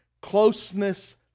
Closeness